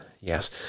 yes